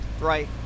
Right